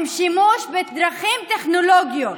עם שימוש בדרכים טכנולוגיות.